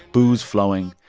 booze flowing.